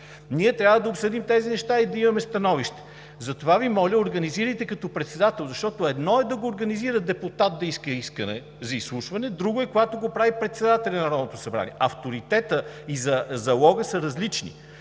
ние трябва да обсъдим тези неща и да имаме становище. Затова Ви моля: организирайте като председател, защото едно е да го организира депутат и да иска искане за изслушване, друго е, когато го прави председателят на Народното събрание. Авторитетът и залогът са различни.